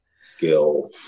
skill